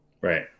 Right